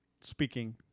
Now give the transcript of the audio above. speaking